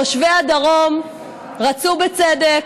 תושבי הדרום רצו, בצדק,